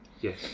Yes